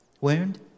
wound